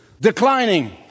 declining